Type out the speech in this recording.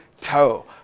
toe